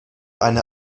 eine